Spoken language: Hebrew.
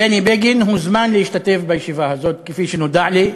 בני בגין הוזמן להשתתף בישיבה הזאת, כפי שנודע לי,